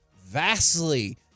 vastly